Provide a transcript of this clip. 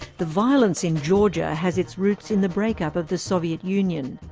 the violence in georgia has its roots in the break-up of the soviet union.